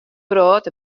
wrâld